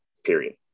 period